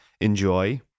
enjoy